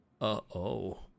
Uh-oh